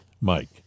Mike